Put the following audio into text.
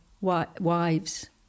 wives